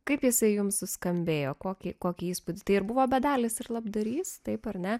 kaip jisai jums suskambėjo kokį kokį įspūdį tai ir buvo bedalis ir labdarys taip ar ne